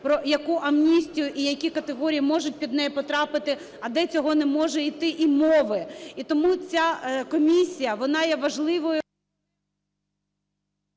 про яку амністію і які категорії можуть під неї потрапити, а де цього не може йти і мови. І тому ця комісія вона є важливою…